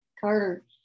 Carter